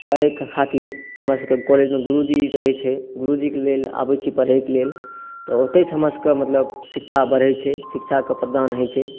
करैक खातिर हमरसभके कॉलेजमे गुरूजी रहै छै गुरुजीक लेल आबै छी पढ़ैके लेल तऽ ओतयसँ हमरासभके मतलब शिक्षा बढ़ै छै शिक्षाक मतलब प्रदान होइ छै